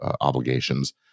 obligations